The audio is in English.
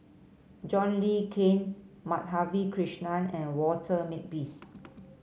John Le Cain Madhavi Krishnan and Walter Makepeace